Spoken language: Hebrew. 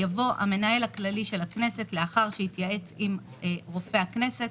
יבוא: המנהל הכללי של הכנסת לאחר שהתייעץ עם רופא הכנסת.